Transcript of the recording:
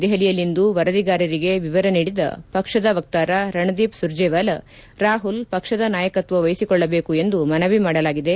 ದೆಹಲಿಯಲ್ಲಿಂದು ವರದಿಗಾರರಿಗೆ ವರ ನೀಡಿದ ಪಕ್ಷದ ವಕ್ತಾರ ರಣದೀಪ್ ಸುರ್ಣೇವಾಲ ರಾಹುಲ್ ಪಕ್ಷದ ನಾಯಕತ್ವ ವಹಿಸಿಕೊಳ್ಳಬೇಕು ಎಂದು ಮನವಿ ಮಾಡಲಾಗಿದೆ